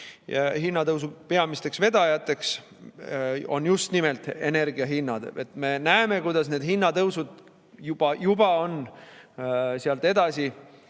hinnatõusu peamisteks vedajateks on just nimelt energiahinnad. Me näeme, kuidas need hinnatõusud juba on sealt edasi